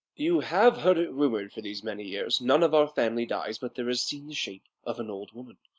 you have heard it rumour'd, for these many years none of our family dies but there is seen the shape of an old woman,